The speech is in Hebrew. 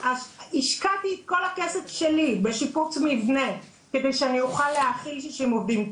השקעתי את כל הכסף שלי בשיפוץ מבנה כדי שאני אוכל להכיל 60 עובדים.